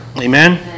Amen